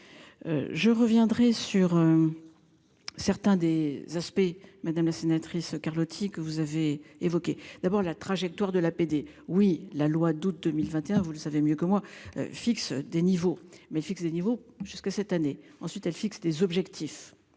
Je reviendrai sur. Certains des aspects madame la sénatrice Carlotti que vous avez évoqué d'abord la trajectoire de l'APD oui la loi d'août 2021, vous le savez mieux que moi, fixent des niveaux mais ils fixent des niveaux jusqu'cette année. Ensuite, elle fixe des objectifs,